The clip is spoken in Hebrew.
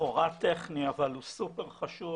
שלכאורה הוא טכני אבל הוא סופר חשוב.